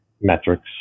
metrics